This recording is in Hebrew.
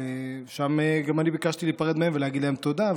שם גם אני ביקשתי להיפרד מהם ולהגיד להם תודה.